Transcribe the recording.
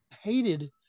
hated